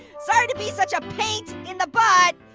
sorry to be such a paint in the butt.